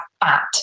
fat